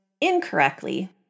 incorrectly